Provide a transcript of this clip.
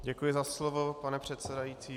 Děkuji za slovo, pane předsedající.